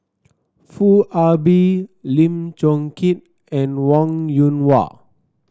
Foo Ah Bee Lim Chong Keat and Wong Yoon Wah